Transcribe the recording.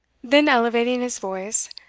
then elevating his voice,